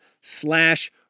slash